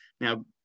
Now